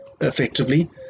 effectively